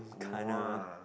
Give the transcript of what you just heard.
!wah!